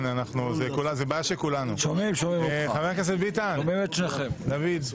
האם כאשר ביקשתם להעלות בכך וכך מאות אלפי